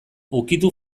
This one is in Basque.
ukitu